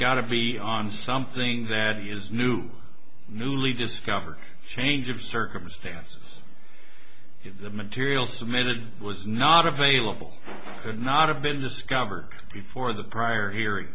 got to be on something that is new newly discovered change of circumstances if the material submitted was not available could not have been discovered before the prior hearing